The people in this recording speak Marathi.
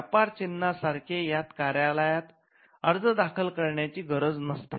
व्यापार चिन्हा सारखे यात कार्यालयात अर्ज दाखल करण्याची गरज नसते